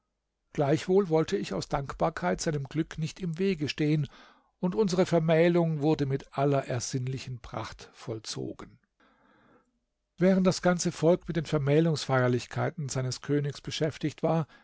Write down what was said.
gleichwohl wollte ich aus dankbarkeit seinem glück nicht im wege stehen und unsere vermählung wurde mit aller ersinnlichen pracht vollzogen während das ganze volk mit den vermählungsfeierlichkeiten seines königs beschäftigt war